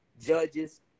judges